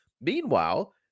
Meanwhile